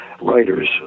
writers